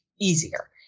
easier